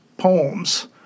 poems